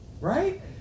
right